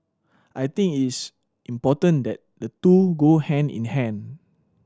I think it's important that the two go hand in hand